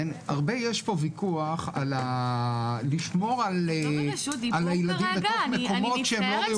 הרבה יש פה ויכוח על לשמור על הילדים בתוך מקומות שהם לא ראויים.